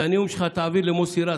את הנאום שלך תעביר למוסי רז,